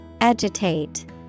Agitate